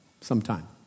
sometime